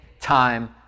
time